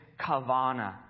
Kavana